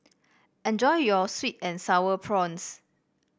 enjoy your sweet and sour prawns